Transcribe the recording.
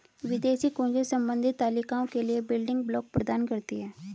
विदेशी कुंजियाँ संबंधित तालिकाओं के लिए बिल्डिंग ब्लॉक प्रदान करती हैं